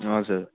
हजुर